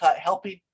helping